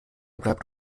bleibt